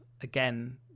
again